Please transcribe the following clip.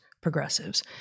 progressives